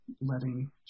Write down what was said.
letting